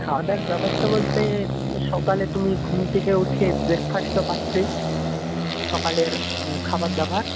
খাওয়া দাওয়ার ব্যবস্থা বলতে সকালে তুমি ঘুম থেকে উঠে ব্রেকফাস্ট তো পাচ্ছই সকালের খাবারদাবার